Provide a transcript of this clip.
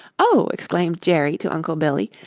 oh, exclaimed jerry to uncle billy,